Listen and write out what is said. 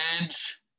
Edge